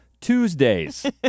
Tuesdays